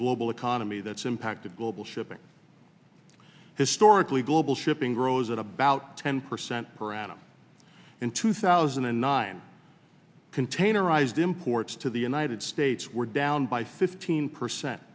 global economy that's impacted global shipping historically global shipping grows at about ten percent per annum in two thousand and nine containerized imports to the united states were down by fifteen percent